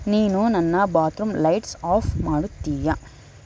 ನೀನು ನನ್ನ bathroom lights off ಮಾಡುತ್ತೀಯಾ